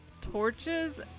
torches